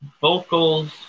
vocals